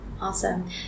awesome